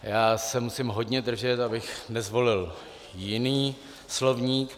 Já se musím hodně držet, abych nezvolil jiný slovník.